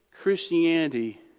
Christianity